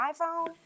iphone